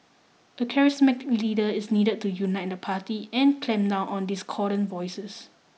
a charismatic leader is needed to unite the party and clamp down on discordant voices